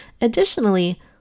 Additionally